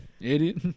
Idiot